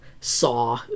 saw